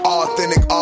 Authentic